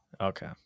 Okay